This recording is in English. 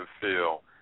feel